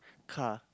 car